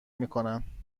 میکنن